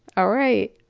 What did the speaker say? alright,